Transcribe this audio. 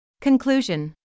conclusion